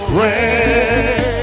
rain